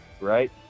Right